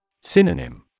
Synonym